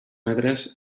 metres